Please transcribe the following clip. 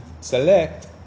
select